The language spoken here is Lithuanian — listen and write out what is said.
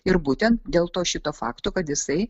ir būtent dėl to šito fakto kad jisai